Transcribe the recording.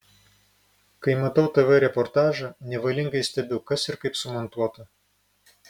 kai matau tv reportažą nevalingai stebiu kas ir kaip sumontuota